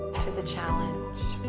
to the challenge,